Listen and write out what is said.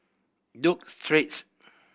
Duke Street